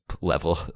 level